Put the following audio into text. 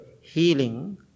healing